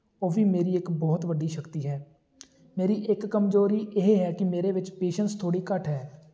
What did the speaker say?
ਉਹ ਵੀ ਮੇਰੀ ਇੱਕ ਬਹੁਤ ਵੱਡੀ ਸ਼ਕਤੀ ਹੈ ਮੇਰੀ ਇੱਕ ਕਮਜ਼ੋਰੀ ਇਹ ਹੈ ਕਿ ਮੇਰੇ ਵਿੱਚ ਪੇਸ਼ੈਂਸ ਥੋੜ੍ਹੀ ਘੱਟ ਹੈ